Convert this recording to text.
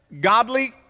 godly